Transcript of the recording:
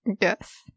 Yes